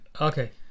Okay